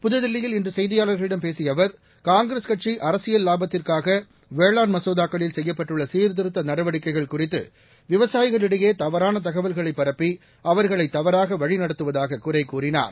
புதுதில்லியில் இன்று செய்தியாளர்களிடம் பேசிய அவர் காங்கிரஸ் கட்சி அரசியல் லாபத்திற்காக வேளாண் மசோதாக்களில் செய்யப்பட்டுள்ள சீர்திருத்த நடவடிக்கைகள் குறித்து விவசாயிகளிடையே தவறான தகவல்களை பரப்பி அவர்களை தவறாக வழிநடத்துவதாக குறை கூறினார்